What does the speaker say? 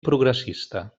progressista